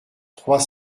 trois